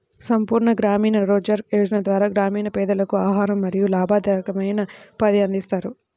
సంపూర్ణ గ్రామీణ రోజ్గార్ యోజన ద్వారా గ్రామీణ పేదలకు ఆహారం మరియు లాభదాయకమైన ఉపాధిని అందిస్తారు